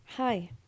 Hi